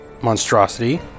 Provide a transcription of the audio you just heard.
monstrosity